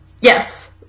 Yes